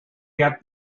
get